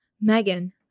Megan